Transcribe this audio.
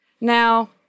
Now